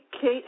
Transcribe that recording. Kate